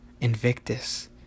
Invictus